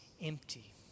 empty